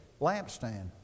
lampstand